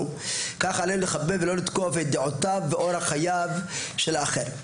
כך עלינו לכבד ולא לתקוף את דעותיו ואורח חייו של האחר.